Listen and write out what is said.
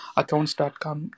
accounts.com